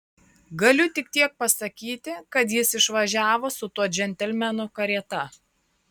galiu tik tiek pasakyti kad jis išvažiavo su tuo džentelmenu karieta